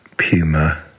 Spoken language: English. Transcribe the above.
puma